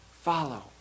Follow